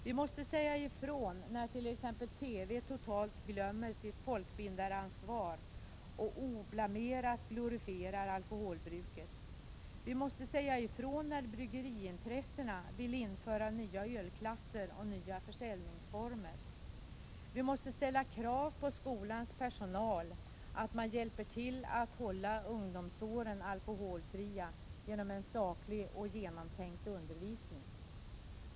Vi måste säga ifrån när t.ex. TV totalt glömmer sitt folkbildaransvar och oförblommerat glorifierar alkoholbruket. Vi måste säga ifrån när bryggeriintressena vill införa nya ölklasser och nya försäljningsformer. Vi måste ställa krav på skolans personal att den hjälper till att hålla ungdomsåren alkoholfria genom en saklig och genomtänkt undervisning.